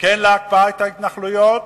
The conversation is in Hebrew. כן להקפאת ההתנחלויות,